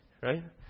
Right